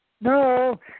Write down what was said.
no